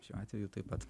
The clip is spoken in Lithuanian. šiuo atveju taip pat